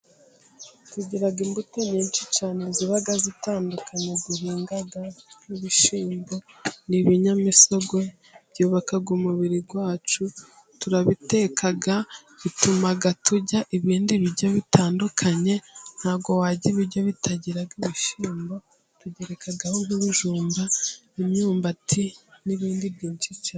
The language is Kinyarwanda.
Tugira imbuto nyinshi cyane, ziba zitandukanye duhinga, nk'ibishyimbo ni ibinyamisogwe, byubaka umubiri wacu, turabiteka bituma turya ibindi biryo bitandukanye, ntabwo warya ibiryo bitagira ibishyimbo, tugerekaho n'ibujumba n'imyumbati, n'ibindi byinshi cyane.